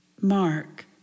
Mark